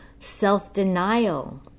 self-denial